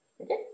Okay